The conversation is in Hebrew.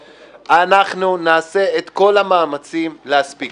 שנעשה את כל המאמצים להספיק.